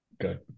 Good